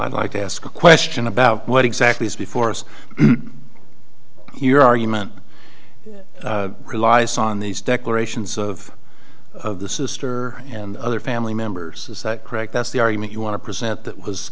i'd like to ask a question about what exactly is before us here argument relies on these declarations of the sister and other family members is that correct that's the argument you want to present that was